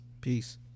Peace